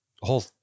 whole